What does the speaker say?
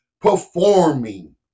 performing